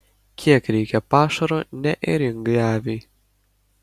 kiek reikia pašaro neėringai aviai